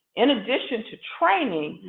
in addition to training,